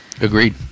Agreed